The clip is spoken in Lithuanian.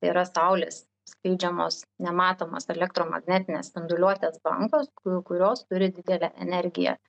yra saulės skleidžiamos nematomos elektromagnetinės spinduliuotės bangos ku kurios turi didelę energiją